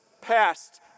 passed